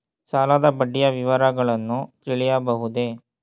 ಸಾಲದ ಬಡ್ಡಿಯ ವಿವರಗಳನ್ನು ತಿಳಿಯಬಹುದೇ?